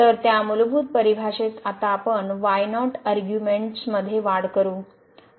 तर त्या मूलभूत परिभाषेत आता आपण y0 अर्ग्युमेंटसमध्ये वाढ करू